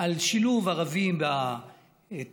על שילוב ערבים בתעסוקה,